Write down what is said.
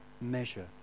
measure